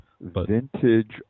Vintage